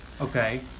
Okay